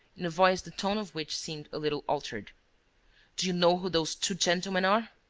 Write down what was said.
in a voice the tone of which seemed a little altered do you know who those two gentlemen are?